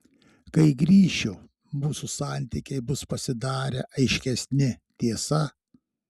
kai grįšiu mūsų santykiai bus pasidarę aiškesni tiesa